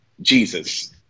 Jesus